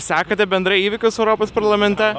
sekate bendrai įvykius europos parlamente